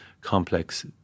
complex